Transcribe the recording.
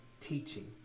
teaching